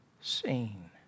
seen